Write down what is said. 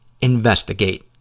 investigate